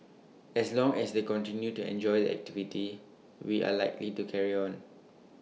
as long as they continue to enjoy the activity we are likely to carry on